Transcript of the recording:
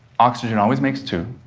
oxygen always makes two,